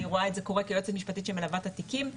רואה את זה כיועצת משפטית שמלווה את התיקים.